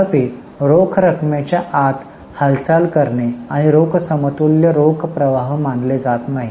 तथापि रोख रकमेच्या आत हालचाल करणे आणि रोख समतुल्य रोख प्रवाह मानले जात नाही